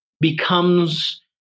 becomes